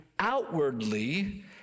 outwardly